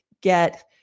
get